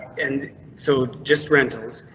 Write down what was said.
and so just rentals.